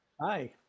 Hi